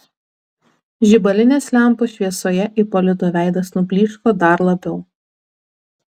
žibalinės lempos šviesoje ipolito veidas nublyško dar labiau